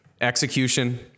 execution